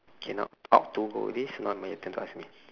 cannot opt to go this classmate